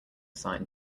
sign